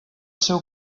seu